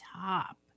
top